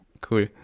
Cool